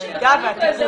המידע והטיפול.